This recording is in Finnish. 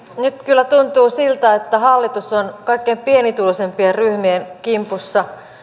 nyt kyllä tuntuu siltä että hallitus on kaikkein pienituloisimpien ryhmien kimpussa